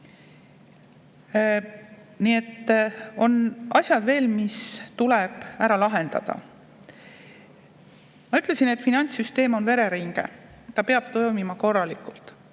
Nii et on veel asju, mis tuleb ära lahendada. Ma ütlesin, et finantssüsteem on vereringe, ta peab toimima korralikult.